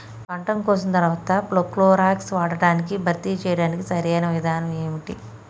పంట కోసిన తర్వాత ప్రోక్లోరాక్స్ వాడకాన్ని భర్తీ చేయడానికి సరియైన విధానం ఏమిటి?